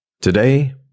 Today